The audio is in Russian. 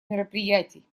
мероприятий